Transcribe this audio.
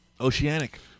Oceanic